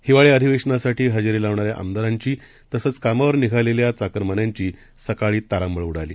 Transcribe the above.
हिवाळीअधिवेशनासाठीहजेरीलावणाऱ्याआमदारांचीतसंचकामावरनिघालेल्याचाकरमान्यांचीसकाळीतारांबळउडाली